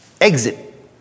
exit